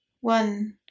one